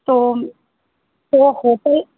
तो तो होटल